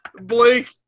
Blake